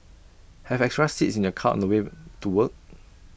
have extra seats in your car on the wave to work